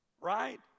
Right